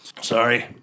Sorry